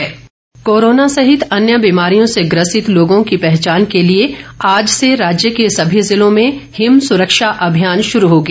Rajiv Saizal corona सहित अन्य बीमारियों से ग्रसित लोगों की पहचान के लिए आज से राज्य के सभी जिलों में हिम सुरक्षा अभियान शुरू हो गया